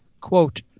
Quote